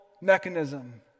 mechanism